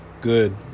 good